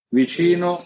vicino